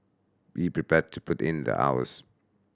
be prepared to put in the hours